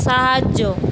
সাহায্য